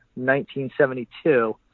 1972